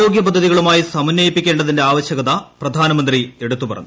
യോഗ ആരോഗ്യ പദ്ധതികളുമായി സമന്വയിപ്പിക്കേണ്ടതിന്റെ ആവശ്യകത പ്രധാനമന്ത്രി എടുത്തുപറഞ്ഞു